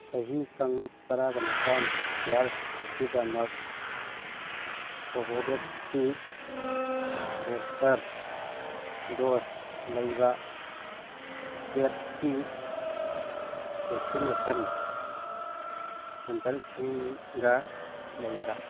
ꯆꯍꯤ ꯀꯥꯡꯂꯨꯞ ꯇꯔꯥꯒ ꯅꯤꯄꯥꯜ ꯏꯌꯔꯁꯀꯤꯗꯃꯛ ꯀꯣꯕꯣꯚꯦꯛꯁꯀꯤ ꯕꯣꯁꯇꯔ ꯗꯣꯁ ꯂꯩꯕ ꯄꯦꯠꯀꯤ ꯚꯦꯛꯁꯤꯟꯅꯦꯁꯟ ꯁꯦꯟꯇꯔꯁꯤꯡꯒ ꯂꯩꯕ꯭ꯔꯥ